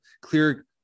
clear